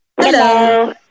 Hello